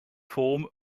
form